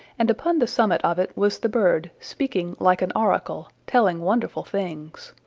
and upon the summit of it was the bird, speaking like an oracle, telling wonderful things.